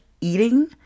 eating